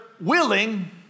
willing